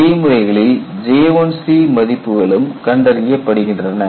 இதே முறைகளில் J1C மதிப்புகளும் கண்டறியப்படுகின்றன